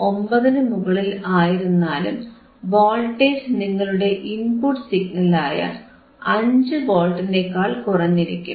9 നു മുകളിൽ ആയിരുന്നാലും വോൾട്ടേജ് നിങ്ങളുടെ ഇൻപുട്ട് സിഗ്നലായ 5 വോൾട്ടിനേക്കാൾ കുറഞ്ഞിരിക്കും